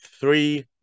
three